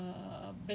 belum lagi